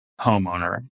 homeowner